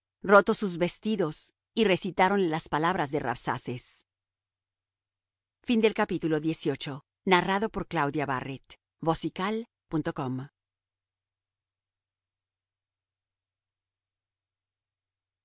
rotos sus vestidos y recitáronle las palabras de rabsaces y